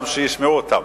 אלא גם שישמעו אותן.